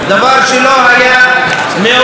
דבר שלא היה מעולם.